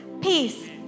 peace